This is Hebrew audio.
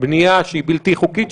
בנייה בלתי חוקית,